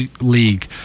League